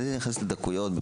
את נכנסת לדקויות,